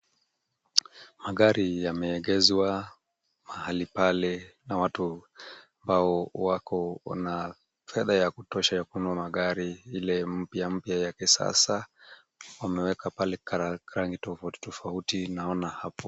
Magari yameegezwa mahali pale na watu wao wako wana fedha ya kutosha ya kununua gari ile mpya mpya ya kisasa. Wameweka pale rangi tofauti tofauti naona hapo.